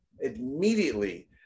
immediately